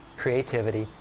creativity,